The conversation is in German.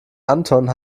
anton